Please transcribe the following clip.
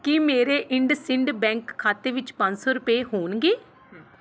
ਕੀ ਮੇਰੇ IndusInd bank ਖਾਤੇ ਵਿੱਚ ਪੰਜ ਸੌ ਰੁਪਏ ਹੋਣਗੇ